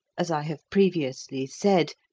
as i have previously said,